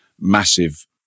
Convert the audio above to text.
massive